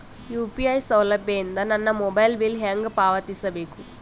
UPI ಸೌಲಭ್ಯ ಇಂದ ನನ್ನ ಮೊಬೈಲ್ ಬಿಲ್ ಹೆಂಗ್ ಪಾವತಿಸ ಬೇಕು?